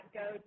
go